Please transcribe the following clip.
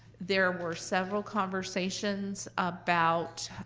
there were several conversations about